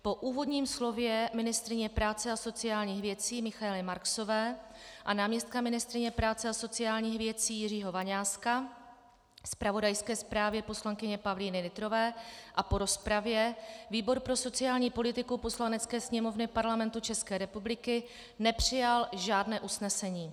Po úvodním slově ministryně práce a sociálních věcí Michaely Marksové a náměstka ministryně práce a sociálních věcí Jiřího Vaňáska, zpravodajské zprávě poslankyně Pavlíny Nytrové a po rozpravě výbor pro sociální politiku Poslanecké sněmovny Parlamentu ČR nepřijal žádné usnesení.